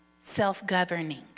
self-governing